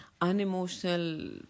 unemotional